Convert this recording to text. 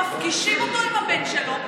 מפגישים אותו עם הבן שלו,